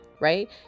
right